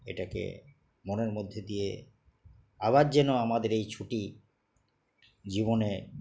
এটাকে মনের মধ্যে দিয়ে আবার যেন আমাদের এই ছুটি জীবনে